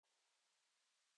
== הערות הערות שוליים ==